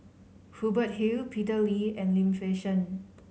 Hubert Hill Peter Lee and Lim Fei Shen